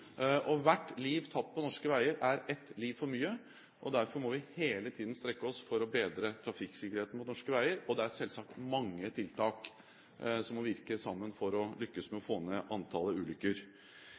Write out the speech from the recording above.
Hvert liv tapt på norske veier er ett liv for mye. Derfor må vi hele tiden strekke oss for å bedre trafikksikkerheten på norske veier, og det er selvsagt mange tiltak som må virke sammen for å lykkes med å